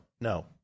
no